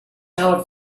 out